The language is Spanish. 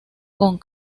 con